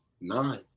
Nine